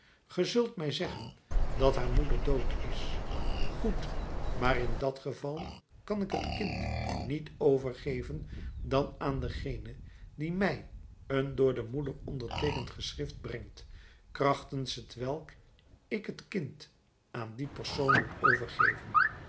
zult mij zeggen dat haar moeder dood is goed maar in dat geval kan ik het kind niet overgeven dan aan dengene die mij een door de moeder onderteekend geschrift brengt krachtens t welk ik het kind aan dien persoon moet overgeven